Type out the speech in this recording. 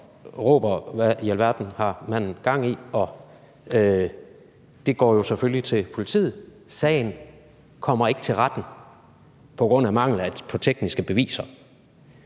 op om, hvad i alverden manden har gang i. Det går jo selvfølgelig til politiet, men sagen kommer ikke for retten på grund af mangel på tekniske beviser.